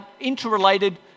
interrelated